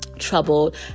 troubled